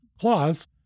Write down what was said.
cloths